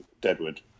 Deadwood